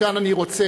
מכאן אני רוצה